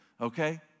okay